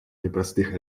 непростых